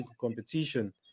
competition